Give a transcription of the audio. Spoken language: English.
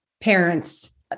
parents